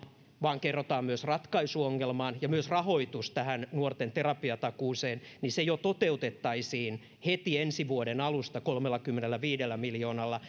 vaan kerrotaan myös ratkaisu ongelmaan ja myös rahoitus tähän nuorten terapiatakuuseen se toteutettaisiin heti ensi vuoden alusta kolmellakymmenelläviidellä miljoonalla